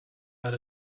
had